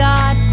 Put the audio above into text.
God